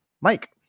Mike